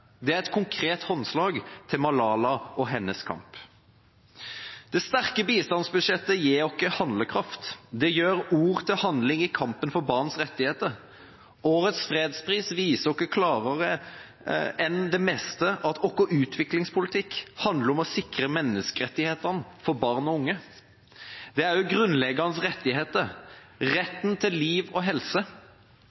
Det er et konkret håndslag til Malala og hennes kamp. Det sterke bistandsbudsjettet gir oss handlekraft. Det gjør ord til handling i kampen for barns rettigheter. Årets fredspris viser oss klarere enn det meste at vår utviklingspolitikk handler om å sikre menneskerettighetene for barn og unge. Det er også grunnleggende rettigheter,